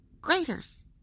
Graders